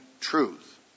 truth